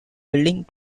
building